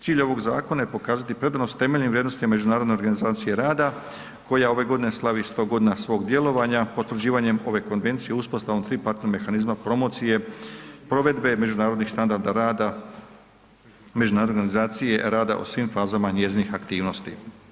Cilj ovog zakona je pokazati predanost temeljnim vrijednostima Međunarodne organizacije rada koja ove godine slavi 100 godina svog djelovanja potvrđivanjem ove Konvencije uspostavom tripartitnog mehanizma promocije provedbe međunarodnih standarda rada, Međunarodne organizacije rada o svim fazama njezinih aktivnosti.